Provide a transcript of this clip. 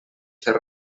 fer